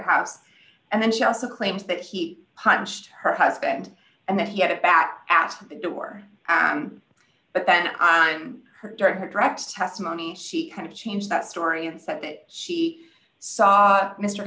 house and then she also claims that he punched her husband and that he had a bat at the door but then i'm her during her direct testimony she kind of change that story and said that she saw mr